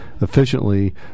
efficiently